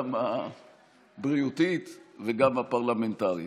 גם בריאותית וגם פרלמנטרית.